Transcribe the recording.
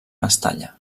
mestalla